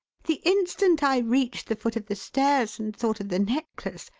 the instant i reached the foot of the stairs and thought of the necklace,